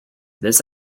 this